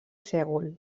sègol